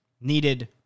needed